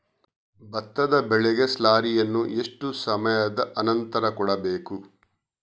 ಭತ್ತದ ಬೆಳೆಗೆ ಸ್ಲಾರಿಯನು ಎಷ್ಟು ಸಮಯದ ಆನಂತರ ಕೊಡಬೇಕು?